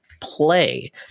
play